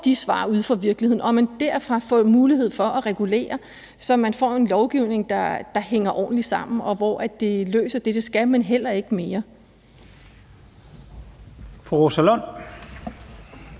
de svar ude fra virkeligheden, og at man derfra har fået mulighed for at regulere, så man får en lovgivning, der hænger ordentligt sammen, og som løser det, der skal løses, men heller ikke mere. Kl.